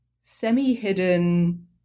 semi-hidden